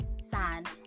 Sad